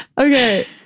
Okay